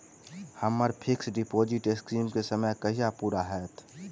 हम्मर fix deposit scheme केँ समय कहिया पूरा हैत?